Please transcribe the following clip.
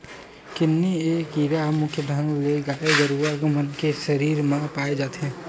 किन्नी ए कीरा मुख्य ढंग ले गाय गरुवा मन के सरीर म पाय जाथे